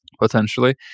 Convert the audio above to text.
potentially